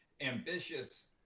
ambitious